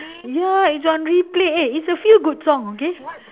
ya it's on replay eh it's a few good songs okay